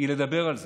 היא לדבר על זה,